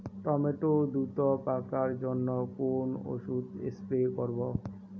Tomato দ্রুত পাকার জন্য কোন ওষুধ স্প্রে করব?